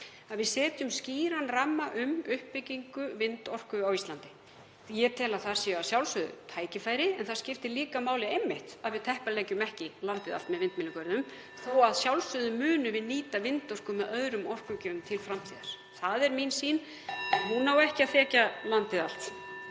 að við setjum skýran ramma um uppbyggingu vindorku á Íslandi. Ég tel að þar séu að sjálfsögðu tækifæri en það skiptir líka máli einmitt að við teppaleggjum ekki landið allt með vindmyllugörðum (Forseti hringir.) þó að við munum að sjálfsögðu nýta vindorku með öðrum orkugjöfum til framtíðar. Það er mín sýn, en þeir eiga ekki að þekja landið allt.